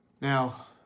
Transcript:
Now